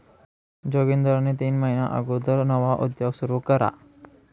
जोगिंदरनी तीन महिना अगुदर नवा उद्योग सुरू करा